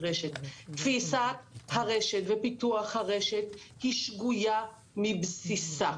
תפיסת הרשת ופיתוח הרשת הן שגויות מבסיסן,